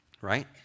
right